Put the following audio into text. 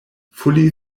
fully